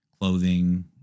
clothing